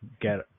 get